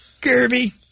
Kirby